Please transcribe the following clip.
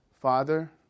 Father